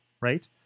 Right